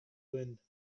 wind